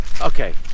Okay